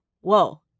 whoa